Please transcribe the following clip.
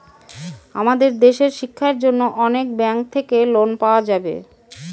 আমাদের দেশের শিক্ষার জন্য অনেক ব্যাঙ্ক থাকে লোন পাওয়া যাবে